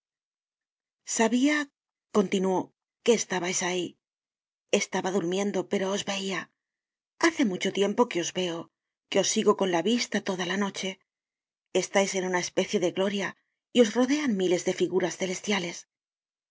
sabia continuó que estabais ahí estaba durmiendo pero os veía hace mucho tiempo que os veo que os sigo con la vista toda la noche estais en una especie de gloria y os rodean miles de figuras celestiales